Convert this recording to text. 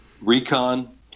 Recon